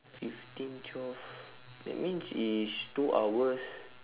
fifteen twelve that means it's two hours